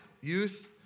youth